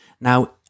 Now